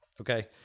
Okay